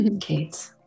Kate